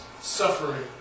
suffering